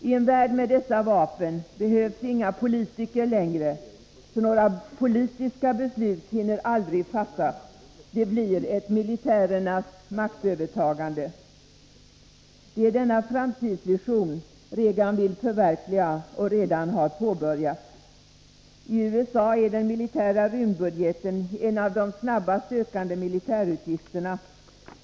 Ten värld med dessa vapen behövs inga politiker, för några politiska beslut hinner aldrig fattas. Det blir ett militärernas maktövertagande. Det är denna framtidsvision Reagan vill förverkliga — och redan har börjat förverkliga. I USA är de militära rymdutgifterna bland de snabbast ökande militärutgifterna.